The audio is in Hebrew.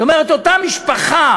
זאת אומרת, אותה משפחה